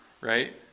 right